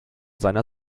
seiner